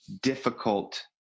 difficult